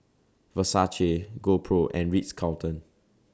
Versace GoPro and Ritz Carlton